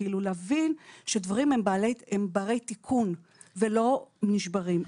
כאילו להבין שדברים הם ברי תיקון ולא נשברים.